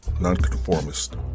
nonconformist